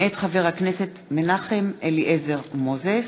מאת חבר הכנסת מנחם אליעזר מוזס,